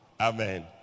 Amen